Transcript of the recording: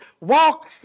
walk